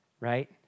right